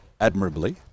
admirably